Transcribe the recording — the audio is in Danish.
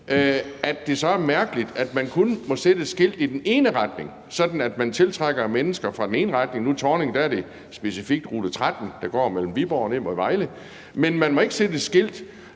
så er det mærkeligt, at man kun må sætte et skilt i den ene retning, sådan at man tiltrækker mennesker fra den ene retning. Nu er det i Thorning specifikt rute 13, der går mellem Viborg og ned mod Vejle. Men man må ikke sætte et skilt